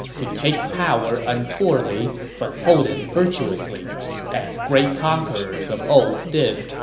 to take power untowardly, but hold it virtuously as great conquerors of old did.